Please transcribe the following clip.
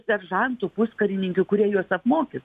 seržantų puskarininkių kurie juos apmokys